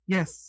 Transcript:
Yes